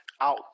out